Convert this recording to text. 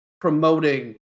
promoting